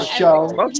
show